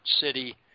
city